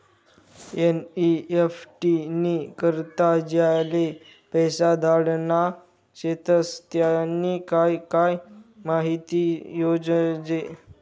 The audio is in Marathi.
एन.ई.एफ.टी नी करता ज्याले पैसा धाडना शेतस त्यानी काय काय माहिती जोयजे